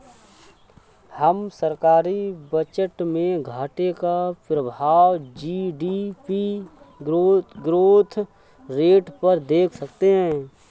हम सरकारी बजट में घाटे का प्रभाव जी.डी.पी ग्रोथ रेट पर देख सकते हैं